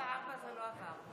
התשפ"ב 2021, לא נתקבלה.